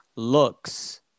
looks